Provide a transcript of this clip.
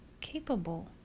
capable